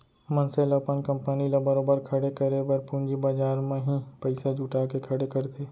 मनसे ल अपन कंपनी ल बरोबर खड़े करे बर पूंजी बजार म ही पइसा जुटा के खड़े करथे